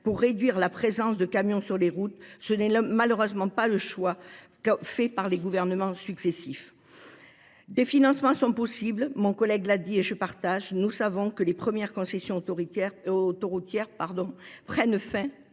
pour réduire la présence de camions sur les routes. Ce n'est malheureusement pas le choix fait par les gouvernements successifs. Des financements sont possibles, mon collègue l'a dit et je partage. Nous savons que les premières concessions autoroutières prennent fin